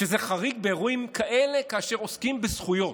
שזה חריג באירועים כאלה, כאשר עוסקים בזכויות.